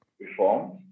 reforms